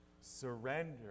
Surrender